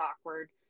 awkward